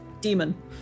Demon